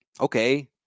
Okay